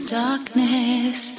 darkness